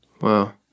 Wow